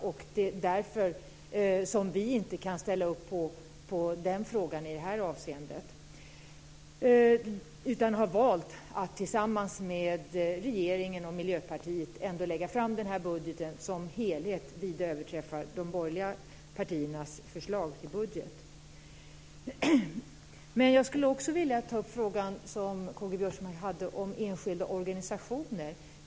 Det är därför som vi inte kan ställa upp på den frågan i det här avseendet utan har valt att tillsammans med regeringen och Miljöpartiet lägga fram den här budgeten, som som helhet vida överträffar de borgerliga partiernas förslag till budget. Jag skulle också vilja ta upp den fråga som K-G Biörsmark hade om enskilda organisationer.